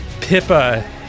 Pippa